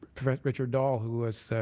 richard doll, who was